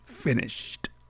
finished